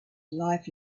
life